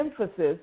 emphasis